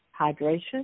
hydration